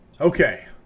Okay